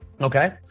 Okay